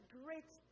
great